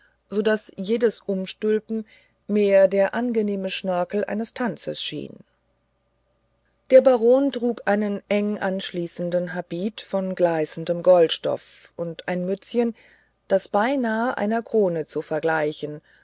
so daß jenes umstülpen mehr der angenehme schnörkel eines tanzes schien der baron trug einen enge anschließenden habit von gleißendem goldstoff und ein mützchen das beinahe einer krone zu vergleichen